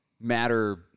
matter